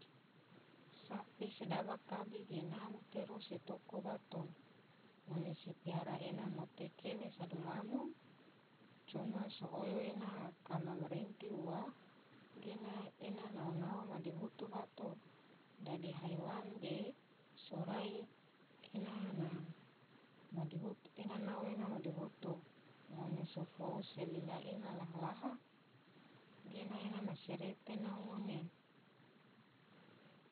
Sapi sedaba kabi gena matero se toko bato, ngone se piara ena mote kene sado lamo coma so oyo ena kama barenti ua gena ena nao nao ena ma madihutu bato, dadi haiwan ge sorai ena nao ena ma madihitu, ngone so fou se lila ena laha-laha gena ena masirete nao ngone.